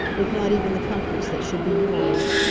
with not even the comforts that should be yours.